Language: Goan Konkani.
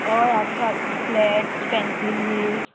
हय आसात फ्लॅट्स पेन्सील हिल्स